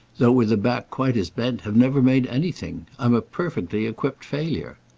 though with a back quite as bent, have never made anything. i'm a perfectly equipped failure.